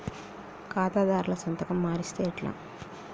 ఖాతాదారుల సంతకం మరిస్తే ఎట్లా?